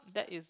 that is